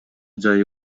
жайы